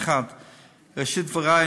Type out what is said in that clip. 1 3. בראשית דברי,